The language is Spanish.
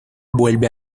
vuelve